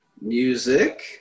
Music